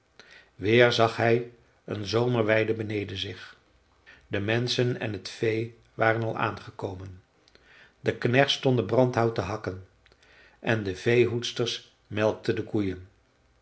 weer zag hij een zomerweide beneden zich de menschen en het vee waren al aangekomen de knechts stonden brandhout te hakken en de veehoedsters melkten de koeien